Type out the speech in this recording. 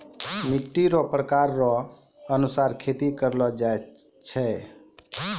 मिट्टी रो प्रकार रो अनुसार खेती करलो जाय छै